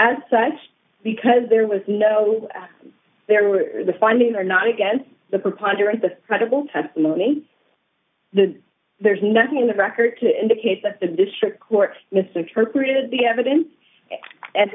as such because there was no there were the findings are not against the preponderance of credible testimony the there is nothing in the record to indicate that the district court misinterpreted the evidence and